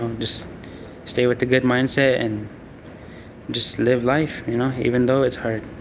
um just stay with the good mindset and just live life you know, even though it's hard,